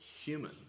human